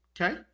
okay